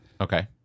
Okay